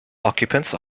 occupants